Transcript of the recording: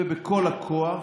ובכל הכוח,